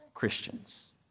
Christians